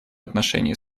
отношении